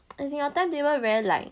as in your timetable very like